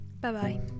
bye-bye